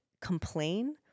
complain